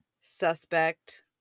suspect